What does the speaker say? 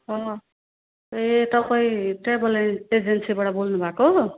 ए तपाईँ ट्राभल एजेन्सीबाट बोल्नुभएको